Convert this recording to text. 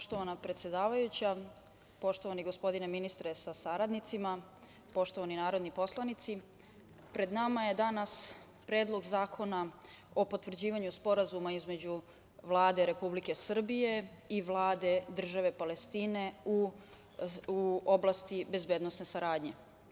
Poštovana predsedavajuća, poštovani gospodine ministre sa saradnicima, poštovani narodni poslanici, pred nama je danas Predlog zakona o potvrđivanju Sporazuma između Vlade Republike Srbije i Vlade Države Palestine u oblasti bezbednosne saradnje.